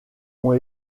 ont